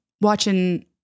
watching